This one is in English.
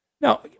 Now